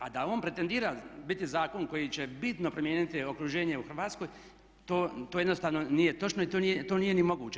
A da on pretendira biti zakon koji će bitno promijeniti okruženje u Hrvatskoj to jednostavno nije točno i to nije ni moguće.